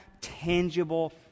tangible